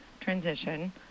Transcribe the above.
transition